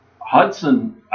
Hudson